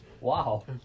Wow